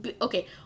okay